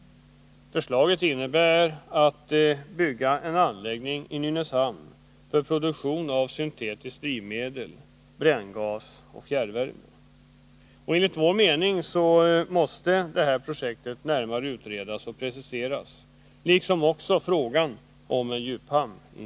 Förslaget innebär att det skall byggas en anläggning i Nynäshamn för produktion av syntetiskt drivmedel, bränngas och fjärrvärme. Enligt vår mening måste detta projekt liksom frågan om en djuphamn i Nynäshamn närmare utredas och preciseras.